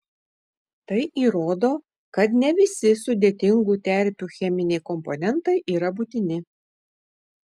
tai įrodo kad ne visi sudėtingų terpių cheminiai komponentai yra būtini